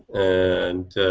and